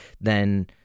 then-